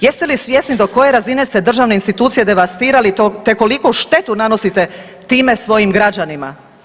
Jeste li svjesni do koje razine ste državne institucije devastirali te koliku štetu nanosite time svojim građanima?